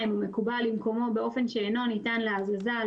(2)הוא מקובע למקומו באופן שאינו ניתן להזזה,